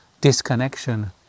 disconnection